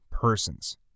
persons